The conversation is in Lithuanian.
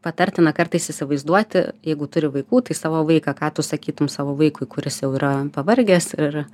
patartina kartais įsivaizduoti jeigu turi vaikų tai savo vaiką ką tu sakytum savo vaikui kuris jau yra pavargęs ir